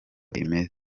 imeze